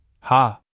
ha